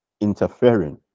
interfering